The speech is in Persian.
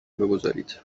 بگذارید